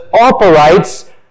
operates